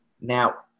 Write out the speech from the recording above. Now